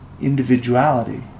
individuality